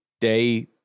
day